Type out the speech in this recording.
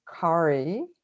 Kari